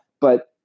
but-